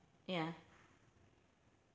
ya